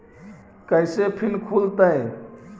कैसे फिन खुल तय?